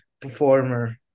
performer